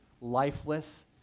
lifeless